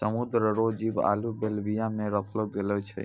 समुद्र रो जीव आरु बेल्विया मे रखलो गेलो छै